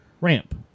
Ramp